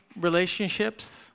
relationships